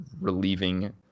relieving